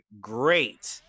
great